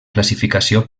classificació